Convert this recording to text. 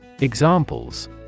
Examples